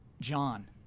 John